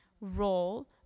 role